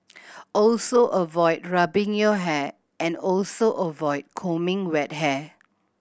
also avoid rubbing your hair and also avoid combing wet hair